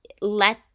let